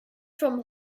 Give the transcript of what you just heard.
from